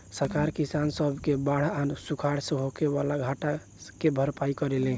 सरकार किसान सब के बाढ़ आ सुखाड़ से होखे वाला घाटा के भरपाई करेले